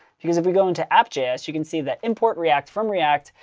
because if we go into app js, you can see that import react from react.